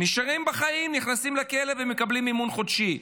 נשארים בחיים, נכנסים לכלא ומקבלים מימון חודשי.